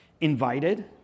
invited